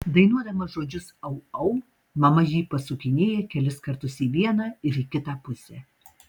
dainuodama žodžius au au mama jį pasukinėja kelis kartus į vieną ir į kitą pusę